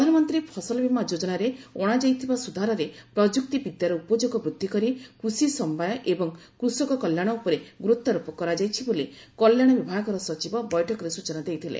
ପ୍ରଧାନମନ୍ତ୍ରୀ ଫସଲବୀମା ଯୋଜନାରେ ଅଣାଯାଇଥିବା ସୁଧାରରେ ପ୍ରଯୁକ୍ତି ବିଦ୍ୟାର ଉପଯୋଗ ବୃଦ୍ଧି କରି କୃଷି ସମବାୟ ଏବଂ କୃଷକ କଲ୍ୟାଣ ଉପରେ ଗୁରୁତ୍ୱାରୋପ କରାଯାଇଛି ବୋଲି କଲ୍ୟାଣ ବିଭାଗର ସଚିବ ବୈଠକରେ ସ୍ବଚନା ଦେଇଥିଲେ